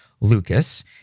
Lucas